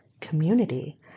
community